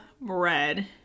bread